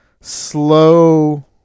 slow